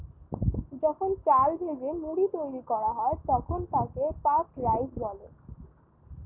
যখন চাল ভেজে মুড়ি তৈরি করা হয় তাকে পাফড রাইস বলে